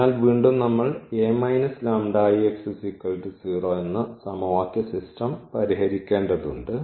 അതിനാൽ വീണ്ടും നമ്മൾ സമവാക്യ സിസ്റ്റം പരിഹരിക്കേണ്ടതുണ്ട്